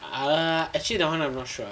err actually that [one] I'm not sure